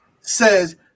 says